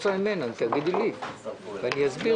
החברים לא רוצים